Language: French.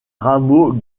rameau